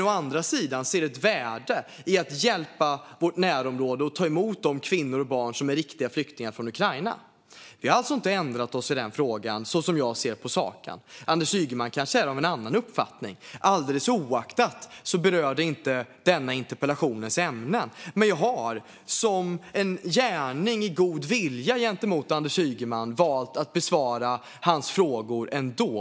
Å andra sidan ser vi ett värde i att hjälpa vårt närområde och ta emot de kvinnor och barn som är riktiga flyktingar från Ukraina. Vi har alltså inte ändrat oss i den frågan, som jag ser på saken. Anders Ygeman kanske är av en annan uppfattning. Alldeles oavsett det rör inte frågan ämnet i denna interpellation. Men jag har som en gärning av god vilja gentemot Anders Ygeman ändå valt att besvara hans frågor.